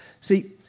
See